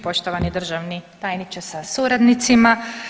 poštovani državni tajniče sa suradnicima.